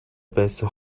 байсан